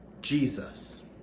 Jesus